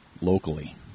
locally